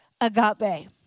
agape